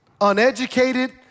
uneducated